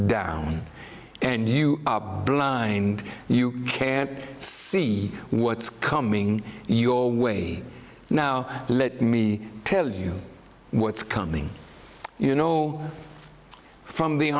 down and you are blind you can't see what's coming your way now let me tell you what's coming you know from the